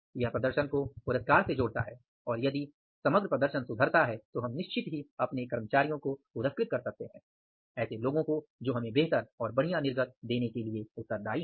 यह प्रदर्शन को पुरस्कार से जोड़ता है और यदि समग्र प्रदर्शन सुधरता है तो हम निश्चित ही अपने कर्मचारियों को पुरस्कृत कर सकते हैं ऐसे लोगों को जो हमें बेहतर और बढ़िया निर्गत देने के लिए उत्तरदायी हैं